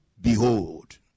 behold